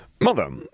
Mother